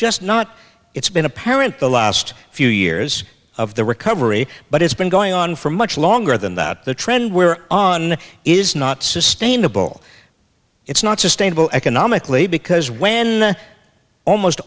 just not it's been apparent the last few years of the recovery but it's been going on for much longer than that the trend we're on is not sustainable it's not sustainable economically because when almost